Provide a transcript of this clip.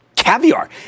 caviar